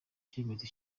icyemezo